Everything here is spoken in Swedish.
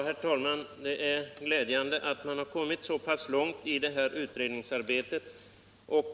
Herr talman! Det är glädjande att man kommit så långt i utredningsarbetet.